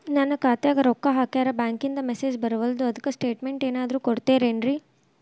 ನನ್ ಖಾತ್ಯಾಗ ರೊಕ್ಕಾ ಹಾಕ್ಯಾರ ಬ್ಯಾಂಕಿಂದ ಮೆಸೇಜ್ ಬರವಲ್ದು ಅದ್ಕ ಸ್ಟೇಟ್ಮೆಂಟ್ ಏನಾದ್ರು ಕೊಡ್ತೇರೆನ್ರಿ?